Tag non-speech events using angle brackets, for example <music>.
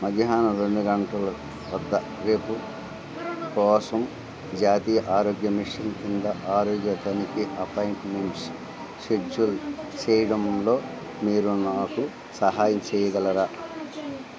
మధ్యాహ్నం రెండు గంటలు వద్ద రేపు కోసం జాతీయ ఆరోగ్య మిషన్ కింద ఆరోగ్య తనిఖీ అపాయింట్మెంట్ <unintelligible> షెడ్యూల్ చేయడంలో మీరు నాకు సహాయం చేయగలరా